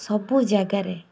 ସବୁ ଜାଗାରେ